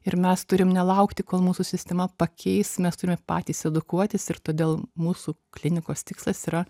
ir mes turim nelaukti kol mūsų sistema pakeis mes turime patys edukuotis ir todėl mūsų klinikos tikslas yra